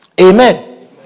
Amen